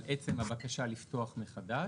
על עצם הבקשה לפתוח מחדש.